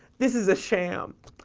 this is a sham.